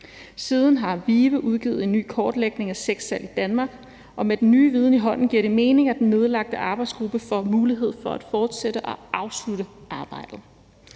Siden har VIVE udgivet en ny kortlægning af sexsalg i Danmark, og med den nye viden i hånden giver det mening, at den nedlagte arbejdsgruppe får mulighed for at fortsætte og afslutte arbejdet.